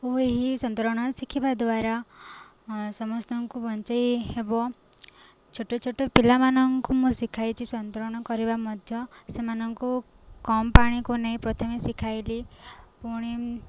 ଓ ଏହି ସନ୍ତରଣ ଶିଖିବା ଦ୍ୱାରା ସମସ୍ତଙ୍କୁ ବଞ୍ଚାଇ ହେବ ଛୋଟ ଛୋଟ ପିଲାମାନଙ୍କୁ ମୁଁ ଶିଖାଇଛି ସନ୍ତରଣ କରିବା ମଧ୍ୟ ସେମାନଙ୍କୁ କମ୍ ପାଣିକୁ ନେଇ ପ୍ରଥମେ ଶିଖାଇଲି ପୁଣି